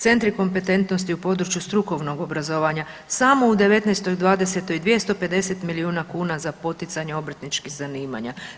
Centri kompetentnosti u području strukovnog obrazovanja, samo u '19., i '20. 250 milijuna kuna za poticanje obrtničkih zanimanja.